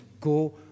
go